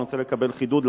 ואני רוצה לקבל חידוד,